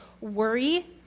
worry